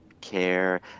care